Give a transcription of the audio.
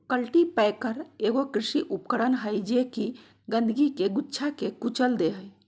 cultipacker एगो कृषि उपकरण हइ जे कि गंदगी के गुच्छा के कुचल दे हइ